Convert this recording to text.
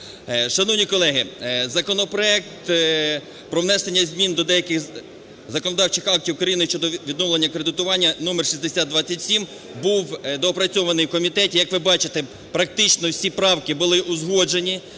Шановні колеги! Законопроект про внесення змін до деяких законодавчих актів України щодо відновлення кредитування (№ 6027) був доопрацьований в комітеті, як ви бачите, практично всі правки були узгоджені,